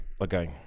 Okay